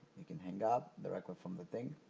you can hang up directly from the thing.